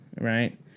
Right